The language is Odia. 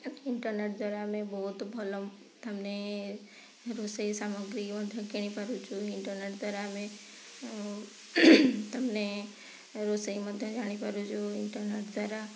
ଇଣ୍ଟରନେଟ୍ ଦ୍ଵାରା ଆମେ ବହୁତ ଭଲ ତାମାନେ ରୋଷେଇ ସାମଗ୍ରୀ ମଧ୍ୟ କିଣିପାରୁଛୁ ଇଣ୍ଟରନେଟ୍ ଦ୍ଵାରା ଆମେ ଆଉ ତାମାନେ ରୋଷେଇ ମଧ୍ୟ ଜାଣିପାରୁଛୁ ଇଣ୍ଟରନେଟ୍ ଦ୍ଵାରା